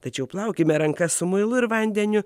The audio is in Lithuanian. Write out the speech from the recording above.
tačiau plaukime rankas su muilu ir vandeniu